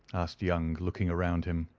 asked young, looking round him.